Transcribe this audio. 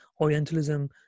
Orientalism